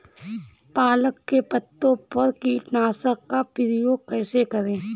पालक के पत्तों पर कीटनाशक का प्रयोग कैसे करें?